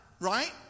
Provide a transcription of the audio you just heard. right